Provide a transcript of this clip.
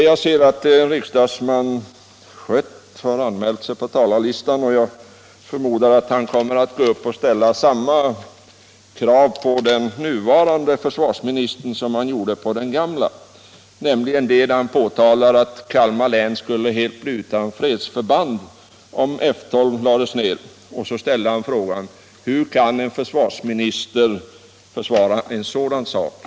Jag ser att herr Schött har anmält sig på talarlistan, och jag förmodar att han kommer att gå upp och ställa samma krav på den nuvarande försvarsministern som han gjorde på den förre. Han påtalade nämligen tidigare att Kalmar län skulle bli helt utan fredsförband om F 12 lades ner, och han ställde frågan: Hur kan en försvarsminister försvara en sådan sak?